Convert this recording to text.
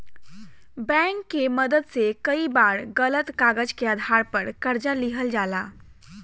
bank के मदद से कई बार गलत कागज के आधार पर कर्जा लिहल जाला